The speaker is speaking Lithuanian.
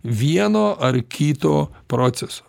vieno ar kito proceso